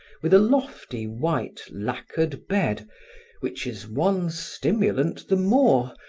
with a lofty, white, lacquered bed which is one stimulant the more,